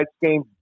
game